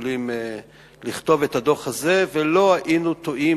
יכולים לכתוב את הדוח הזה ולא היינו טועים,